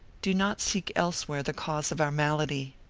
do not seek elsewhere the cause of our malady.